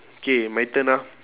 K my turn ah